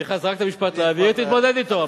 סליחה, זרקת משפט לאוויר, תתמודד אתו.